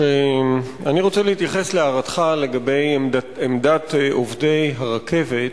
אני רוצה להתייחס להערתך לגבי עמדת עובדי הרכבת